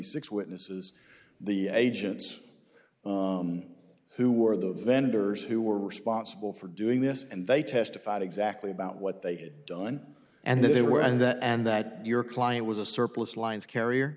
six witnesses the agents who were the vendors who were responsible for doing this and they testified exactly about what they'd done and they were and that and that your client was a surplus lines carrier